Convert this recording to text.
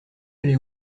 aller